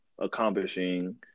accomplishing